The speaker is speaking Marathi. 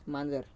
मांजर